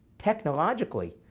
technologically,